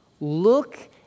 Look